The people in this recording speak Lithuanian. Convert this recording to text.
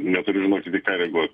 neturiu žinokit į ką reaguot